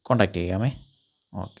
contact ചെയ്യാം okay